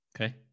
Okay